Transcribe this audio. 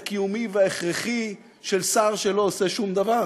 הקיומי וההכרחי של שר שלא עושה שום דבר